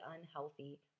unhealthy